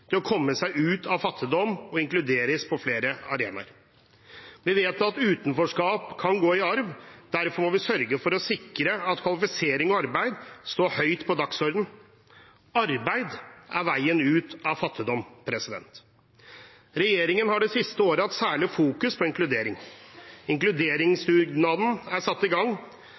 til å komme seg ut av fattigdom og inkluderes på flere arenaer. Vi vet at utenforskap kan gå i arv, derfor må vi sørge for å sikre at kvalifisering og arbeid står høyt på dagsordenen. Arbeid er veien ut av fattigdom. Regjeringen har det siste året særlig fokusert på inkludering. Inkluderingsdugnaden er satt i gang.